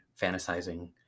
fantasizing